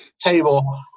table